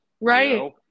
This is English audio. Right